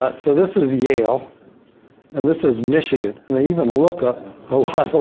ah so, this is yale and this is michigan. and they even look a ah lot ah